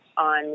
on